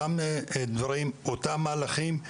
אותם דברים, אותם מהלכים,